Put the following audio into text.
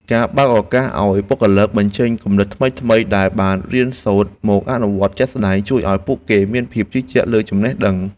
ការបើកឱកាសឱ្យបុគ្គលិកបញ្ចេញគំនិតថ្មីៗដែលបានរៀនសូត្រមកអនុវត្តជាក់ស្តែង ជួយឱ្យពួកគេមានភាពជឿជាក់លើចំណេះដឹង។